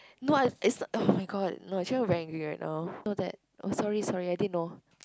no I is oh-my-god no actually I'm very angry right now no that oh sorry sorry I didn't know